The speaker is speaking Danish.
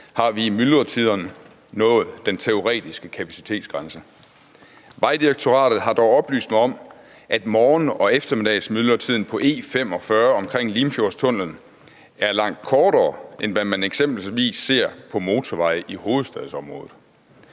har vi i myldretiderne nået den teoretiske kapacitetsgrænse. Vejdirektoratet har dog oplyst mig om, at morgen- og eftermiddagsmyldretiden på E45 omkring Limfjordstunnellen er langt kortere, end hvad man eksempelvis ser på motorveje i hovedstadsområdet.